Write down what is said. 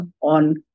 on